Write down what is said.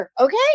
okay